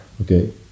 okay